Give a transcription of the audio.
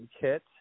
kit